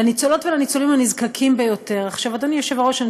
לניצולות ולניצולים הנזקקים ביותר.